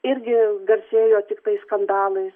irgi garsėjo tiktai skandalais